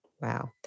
Wow